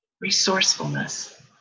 resourcefulness